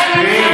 תתכבדי.